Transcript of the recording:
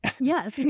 Yes